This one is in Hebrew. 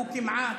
הוא כמעט,